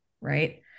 Right